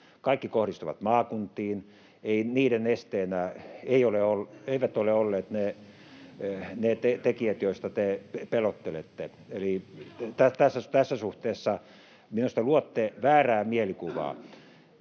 kohdistuvat maakuntiin. Niiden esteenä eivät ole olleet ne tekijät, joista te pelottelette, eli [Leena Meri: Pelottelette?] tässä suhteessa minusta luotte väärää mielikuvaa.